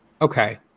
Okay